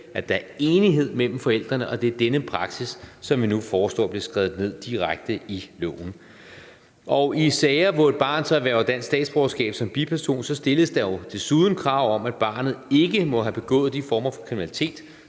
at der er enighed mellem forældrene, og det er denne praksis, som vi nu foreslår bliver skrevet direkte ned i loven. I sager, hvor et barn erhverver dansk statsborgerskab som biperson, stilles der jo desuden krav om, at barnet ikke må have begået de former for kriminalitet,